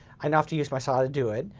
i now have to use my saw to do it.